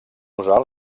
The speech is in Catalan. usar